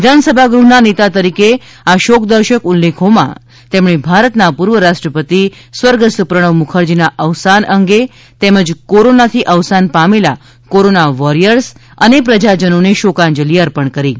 વિધાનસભા ગૃહના નેતા તરીકે આ શોકદર્શક ઉલ્લેખોમાં તેમણે ભારતના પૂર્વ રાષ્ટ્રપતિ સ્વર્ગસ્થ પ્રણવ મુખરજીના અવસાન અંગે તેમજ કોરોનાથી અવસાન પામેલા કોરોના વોરિયર્સ અને પ્રજાજનોને શોકાંજલી અર્પણ કરી હતી